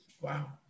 Wow